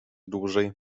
dłużej